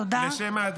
תודה.